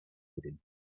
hidden